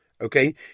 Okay